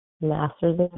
master's